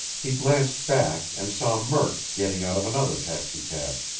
he glanced back, and saw murk getting out of another taxicab.